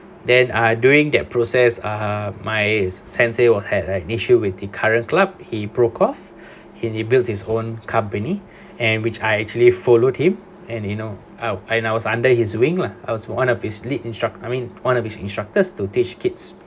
then ah during that process err my sensei will had an issue with the current club he broke off he built his own company and which I actually followed him and you know uh and I was under his wing lah I was one of his lead instruct~ I mean one of his instructors to teach kids